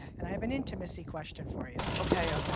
and i have an intimacy question for you. okay, okay,